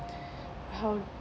how